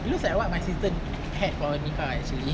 it looks like what my sister had for nikah actually